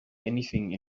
anything